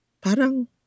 parang